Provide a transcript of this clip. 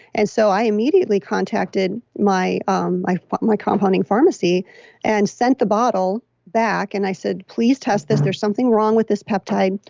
and so i immediately contacted my um my compounding pharmacy and sent the bottle back and i said, please test this. there's something wrong with this peptide.